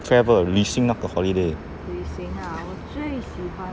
travel 旅行那个 holiday